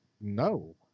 no